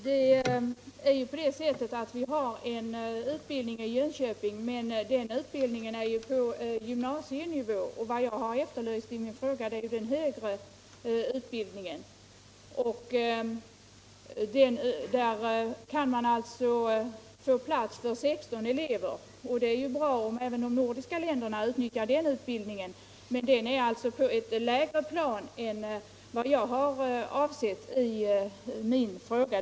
Herr talman! Utbildningen av ortopedmekaniker i Jönköping är på gymnasienivå, och vad jag har efterlyst i min fråga är den högre ut bildningen. I Jönköping har man plats för 16 elever, och det är bra om även de övriga nordiska länderna utnyttjar den utbildningen, men den ligger som sagt på en lägre nivå än vad jag har avsett i min fråga.